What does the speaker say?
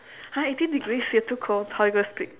!huh! eighteen degrees you're too cold how are you gonna speak